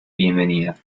bienvenida